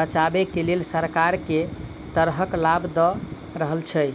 बचाबै केँ लेल सरकार केँ तरहक लाभ दऽ रहल छै?